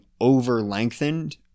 over-lengthened